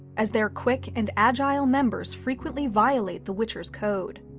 as their quick and agile members frequently violate the witcher's code.